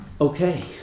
Okay